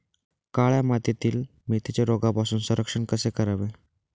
काळ्या मातीतील मेथीचे रोगापासून संरक्षण कसे करावे?